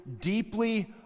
deeply